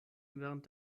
während